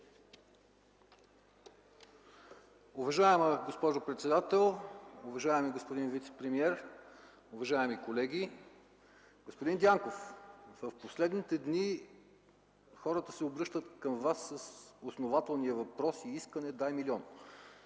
Уважаема госпожо председател, уважаеми господин вицепремиер, уважаеми колеги! Господин Дянков, в последните дни хората се обръщат към Вас с основателния въпрос и искане: „Дай милион”.